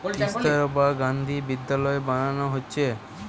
কস্তুরবা গান্ধী বিদ্যালয় বানানা হচ্ছে